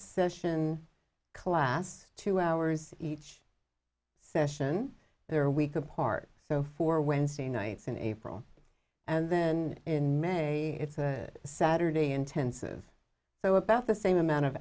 session class two hours each session their week apart so for wednesday nights in april and then in may it's a saturday intensive so about the same amount of